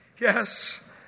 yes